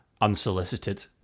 Unsolicited